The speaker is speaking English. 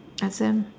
exam